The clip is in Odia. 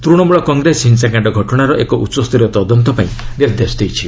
ତୂଣମୂଳ କଂଗ୍ରେସ ହିଂସାକାଣ୍ଡ ଘଟଣାର ଏକ ଉଚ୍ଚସ୍ତରୀୟ ତଦନ୍ତ ପାଇଁ ନିର୍ଦ୍ଦେଶ ଦେଇଛି